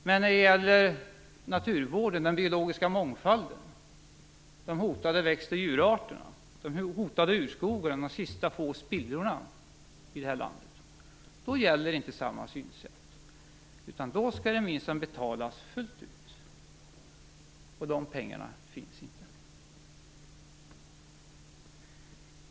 Men när det gäller naturvården, den biologiska mångfalden, de hotade växt och djurarterna, de hotade urskogarna - de sista få spillrorna i det här landet - gäller inte samma synsätt, utan då skall det minsann betalas fullt ut. Då finns det inte pengar.